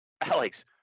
Alex